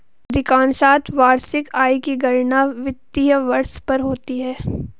अधिकांशत वार्षिक आय की गणना वित्तीय वर्ष पर होती है